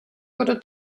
wurde